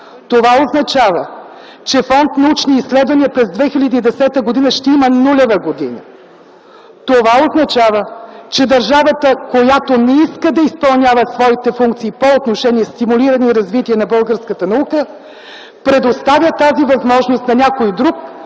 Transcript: Това означава, че Фонд „Научни изследвания” през 2010 г. ще има нулева година. Това означава, че държавата, която не иска да изпълнява своите функции по отношение стимулиране и развитие на българската наука, предоставя тази възможност на някой друг